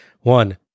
one